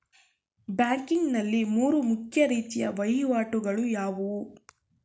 Banking ನಲ್ಲಿ ಮೂರು ಮುಖ್ಯ ರೀತಿಯ ವಹಿವಾಟುಗಳು ಯಾವುವು?